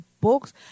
books